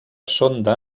sonda